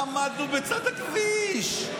עמדנו בצד הכביש,